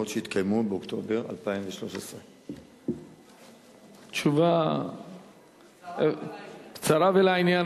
שיתקיימו באוקטובר 2013. תשובה קצרה ולעניין.